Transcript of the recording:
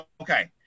Okay